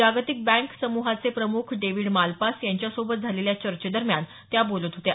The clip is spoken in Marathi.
जागतिक बँक समुहाचे प्रमुख डेविड मालपास यांच्यासोबत झालेल्या चर्चेदरम्यात त्या बोलत होत्या